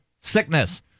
sickness